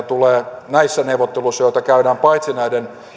tulee näissä neuvotteluissa joita käydään paitsi näiden